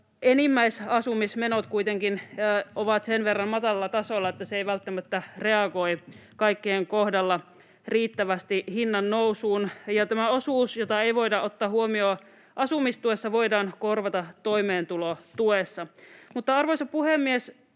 enimmäisasumismenot kuitenkin ovat sen verran matalalla tasolla, että se ei välttämättä reagoi kaikkien kohdalla riittävästi hinnannousuun, ja tämä osuus, jota ei voida ottaa huomioon asumistuessa, voidaan korvata toimeentulotuessa. Mutta, arvoisa puhemies,